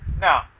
Now